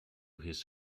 his